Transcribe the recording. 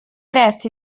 resti